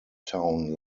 town